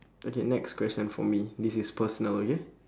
okay next question for me this is personal okay